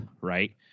right